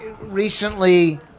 recently